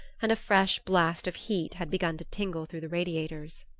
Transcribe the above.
and a fresh blast of heat had begun to tingle through the radiators.